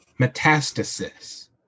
Metastasis